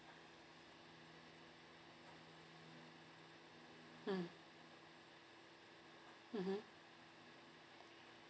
mm mmhmm